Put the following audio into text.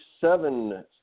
seven